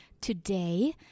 today